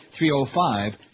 305